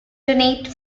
donate